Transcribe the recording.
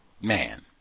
man